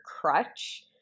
crutch